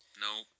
No